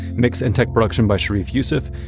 mixed and tech production by sharif youssef,